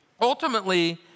ultimately